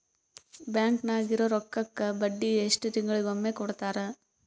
Bank ನಾಗಿರೋ ರೊಕ್ಕಕ್ಕ ಬಡ್ಡಿ ಎಷ್ಟು ತಿಂಗಳಿಗೊಮ್ಮೆ ಕೊಡ್ತಾರ?